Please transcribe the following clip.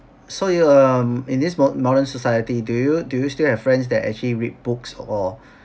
so you um in this mo~ modern society do you do you still have friends that actually read books or